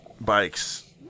Bikes